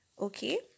Okay